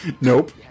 Nope